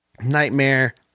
Nightmare